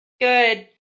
Good